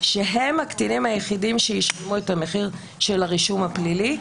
שהם הקטינים היחידים שישלמו את המחיר של הרישום הפלילי.